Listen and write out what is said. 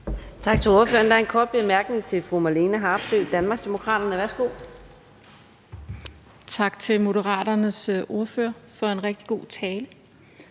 Tak til Moderaternes ordfører for en rigtig god tale.